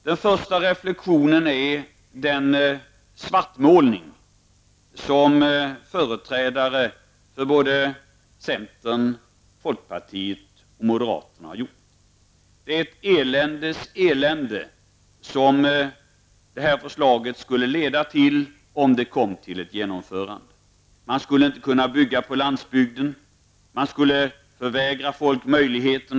Min första reflexion gäller den svartmålning som företrädare för centern, folkpartiet och moderaterna har presenterat. Det skulle bli ett eländes elände om det här förslaget genomfördes. Man skulle inte kunna bygga på landsbygden. Människor skulle förvägras att skaffa ett eget hem.